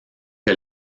que